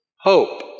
hope